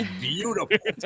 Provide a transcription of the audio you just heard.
beautiful